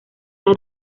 las